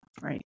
right